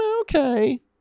okay